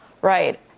Right